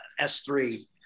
S3